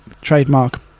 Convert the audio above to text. trademark